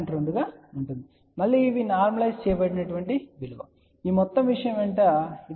2 గా ఉంటుంది మళ్ళీ ఇవి నార్మలైస్ చేయబడిన విలువ ఈ మొత్తం విషయం వెంట ఇది 0